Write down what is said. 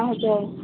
हजुर